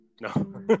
No